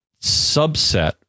subset